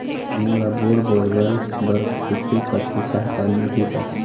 मोला bore borewells बर कुछू कछु सहायता मिलही का?